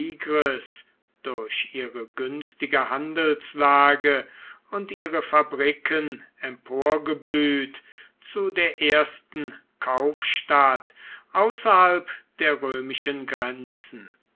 durch ihre günstige handelslage und ihre fabriken emporgeblüht zu der ersten kaufstadt außerhalb der römischen grenzen